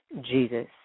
Jesus